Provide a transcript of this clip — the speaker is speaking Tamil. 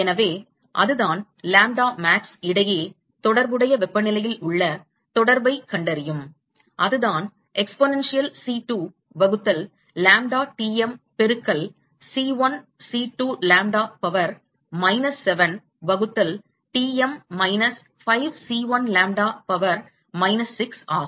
எனவே அதுதான் லாம்ப்டா மேக்ஸ் இடையே தொடர்புடைய வெப்பநிலையில் உள்ள தொடர்பைக் கண்டறியும் அதுதான் எக்ஸ்போனென்ஷியல் C2 வகுத்தல் லாம்ப்டா Tm பெருக்கல் C1 C2 lambda power minus 7 வகுத்தல் T m minus 5 C1 lambda power minus 6 ஆகும்